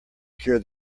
cure